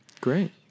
Great